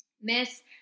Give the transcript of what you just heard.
Miss